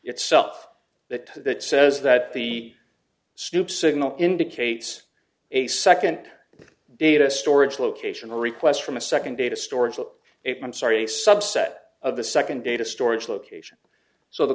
itself that that says that the stoop signal indicates a second data storage location requests from a second data storage of it i'm sorry a subset of the second data storage location so the